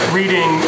reading